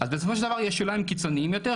אז בסופו של דבר יש שוליים קיצוניים יותר,